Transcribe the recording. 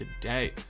today